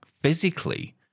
physically